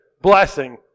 blessing